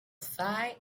sight